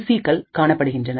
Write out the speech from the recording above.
சிகள் காணப்படுகின்றன